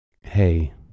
Hey